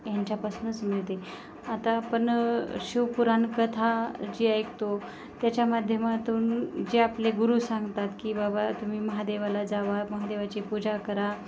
ह्यांच्यापासूनच मिळते आता आपण शिव पुराण कथा जी ऐकतो त्याच्या माध्यमातून जे आपले गुरु सांगतात की बाबा तुम्ही महादेवाला जावा महादेवाची पूजा करा